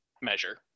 measure